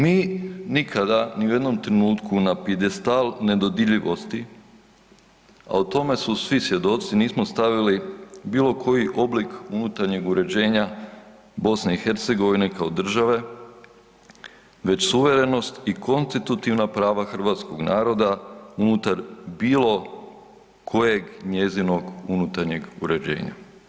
Mi nikada ni u jednom trenutku na pijedestal nedodirljivosti, a o tome su svi svjedoci nismo stavili bilo koji oblik unutarnjeg uređenja BiH kao države već suverenost i konstitutivna prava hrvatskog naroda unutar bilo kojeg njezinog unutarnjeg uređenja.